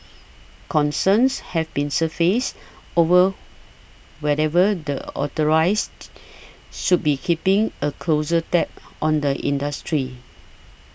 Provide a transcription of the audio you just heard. concerns have been surfaced over whatever the authorised should be keeping a closer tab on the industry